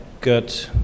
good